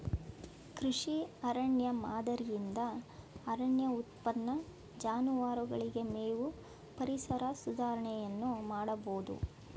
ಕೃಷಿ ಅರಣ್ಯ ಮಾದರಿಯಿಂದ ಅರಣ್ಯ ಉತ್ಪನ್ನ, ಜಾನುವಾರುಗಳಿಗೆ ಮೇವು, ಪರಿಸರ ಸುಧಾರಣೆಯನ್ನು ಮಾಡಬೋದು